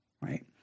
right